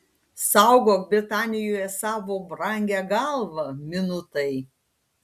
saugok britanijoje savo brangią galvą minutai